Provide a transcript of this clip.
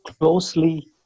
closely